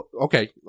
okay